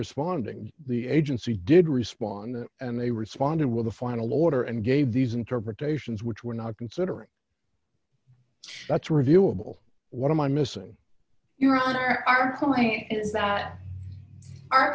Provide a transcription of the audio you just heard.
responding the agency did respond and they responded with a final order and gave these interpretations which were not considering that's reviewable what am i missing your honor our point is that our